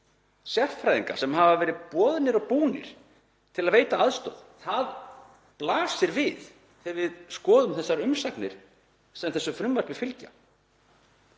sérfræðinga sem hafa verið boðnir og búnir að veita aðstoð, það blasir við þegar við skoðum þær umsagnir sem fylgja frumvarpinu.